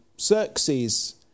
Xerxes